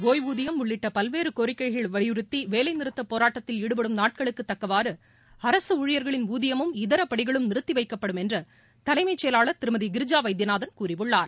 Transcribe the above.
ஒய்வூதியம் உள்ளிட்ட பல்வேறு கோரிக்கைகளை வலியுறுத்தி வேலை நிறுத்தப் போராட்டத்தில் ஈடுபடும் நாட்களுக்கு தக்கவாறு அரசு ஊழியர்களின் ஊதியமும் இதர படிகளும் நிறுத்தி வைக்கப்படும் என்று தலைமைச் செயலாளர் திருமதி கிரிஜா வைத்தியநாதன் கூறியுள்ளார்